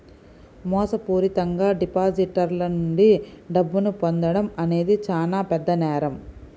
మోసపూరితంగా డిపాజిటర్ల నుండి డబ్బును పొందడం అనేది చానా పెద్ద నేరం